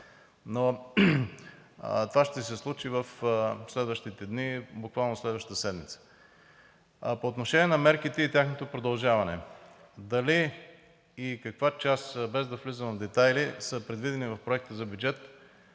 Но това ще се случи в следващите дни, буквално следващата седмица. По отношение на мерките и тяхното продължаване – дали и каква част, без да влизам в детайли, са предвидени в проекта за бюджет?